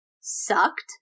sucked